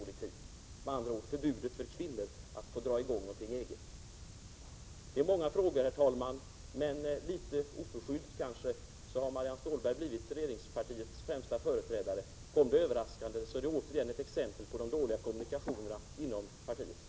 Jag avser med andra ord förbudet för kvinnor att dra i gång något eget. Det är många frågor, och litet oförskyllt har Marianne Stålberg blivit regeringspartiets främsta företrädare. Kom det överraskande är det åter ett exempel på de dåliga kommunikationerna inom partiet.